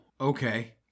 okay